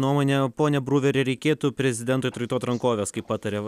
nuomone pone bruveri reikėtų prezidentui atraitot rankoves kaip pataria